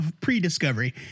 pre-discovery